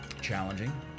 challenging